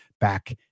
back